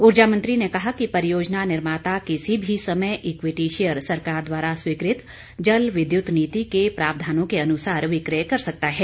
ऊर्जा मंत्री ने कहा कि परियोजना निर्माता किसी भी समय इक्विटी शेयर सरकार द्वारा स्वीकृत जल विद्युत नीति के प्रावधानों के अनुसार विक्रय कर सकता है